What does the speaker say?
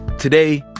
today,